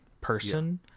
person